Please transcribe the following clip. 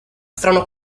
strano